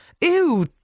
Ew